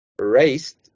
raised